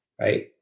right